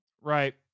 Right